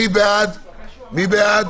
מי בעד